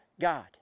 God